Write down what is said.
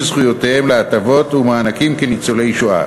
של זכויותיהם להטבות ומענקים כניצולי שואה,